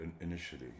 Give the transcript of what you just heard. initially